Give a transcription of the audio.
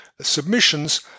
submissions